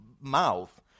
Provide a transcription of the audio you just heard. mouth